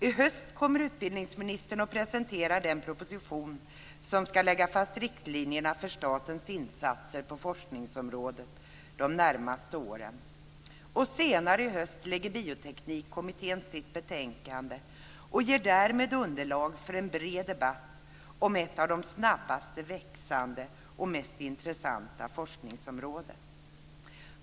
I höst kommer utbildningsministern att presentera den proposition som ska lägga fast riktlinjerna för statens insatser på forskningsområdet de närmaste åren. Senare i höst lägger Bioteknikkommittén fram sitt betänkande och ger därmed underlag för en bred debatt om ett av de snabbast växande och mest intressanta forskningsområdena.